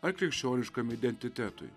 ar krikščioniškam identitetui